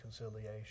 reconciliation